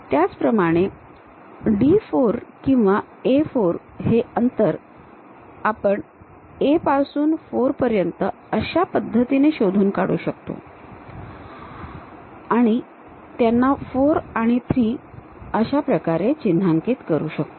त्याचप्रमाणे D 4 किंवा A 4 हे अंतर आपण A पासून 4 पर्यंत अशा पद्धतीने शोधून काढू शकतो आणि त्यांना 4 आणि 3 अशा प्रकारे चिन्हांकित करू शकतो